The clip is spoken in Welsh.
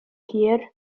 hir